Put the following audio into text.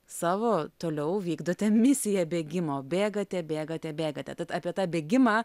savo toliau vykdote misiją bėgimo bėgate bėgate bėgate tad apie tą bėgimą